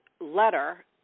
letter